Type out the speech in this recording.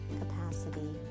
capacity